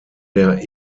der